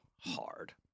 hard